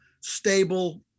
stable